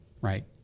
right